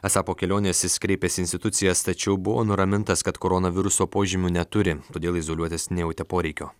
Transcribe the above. esą po kelionės jis kreipėsi į institucijas tačiau buvo nuramintas kad koronaviruso požymių neturi todėl izoliuotis nejautė poreikio